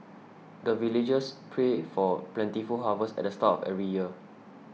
the villagers pray for plentiful harvest at the start of every year